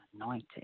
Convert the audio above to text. anointed